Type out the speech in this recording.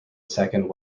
second